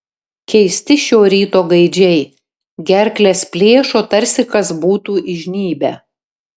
keisti šio ryto gaidžiai gerkles plėšo tarsi kas būtų įžnybę